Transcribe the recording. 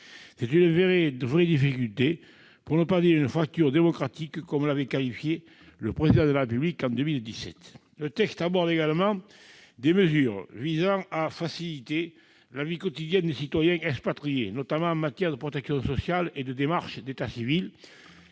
C'est une vraie difficulté, pour ne pas dire une fracture démocratique, comme l'avait qualifiée le Président de la République en 2017. Le texte prévoit également des mesures destinées à faciliter la vie quotidienne des citoyens expatriés, notamment en matière de protection sociale et de démarches d'état civil,